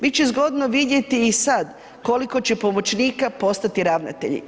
Biti će zgodno vidjeti i sada, koliko će pomoćnika postati ravnatelji.